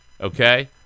Okay